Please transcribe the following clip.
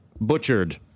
butchered